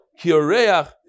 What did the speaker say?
kioreach